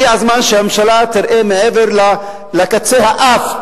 הגיע הזמן שהממשלה תראה מעבר לקצה האף,